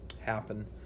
happen